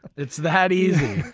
it's that easy!